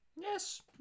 Yes